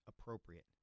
appropriate